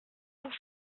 pour